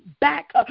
back